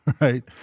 right